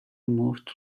moved